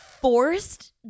forced